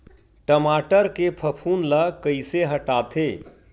टमाटर के फफूंद ल कइसे हटाथे?